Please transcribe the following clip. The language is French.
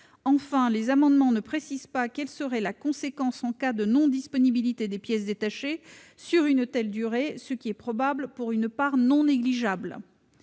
de ces amendements ne précise pas quelle serait la conséquence en cas de non-disponibilité des pièces détachées sur une telle durée, situation probable pour une part non négligeable